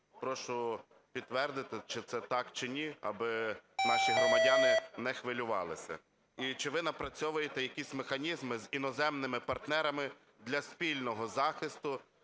Прошу підтвердити, чи це так, чи ні, аби наші громадяни не хвилювалися. І чи ви напрацьовуєте якісь механізми з іноземними партнерами для спільного захисту,